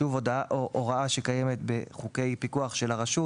שוב, זוהי הוראה שקיימת בחוקי פיקוח של הרשות.